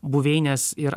buveinės ir